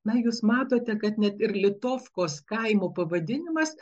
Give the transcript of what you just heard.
na jūs matote kad net ir litofkos kaimo pavadinimas